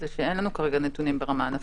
הוא שאין לנו כרגע נתונים ברמה ענפית.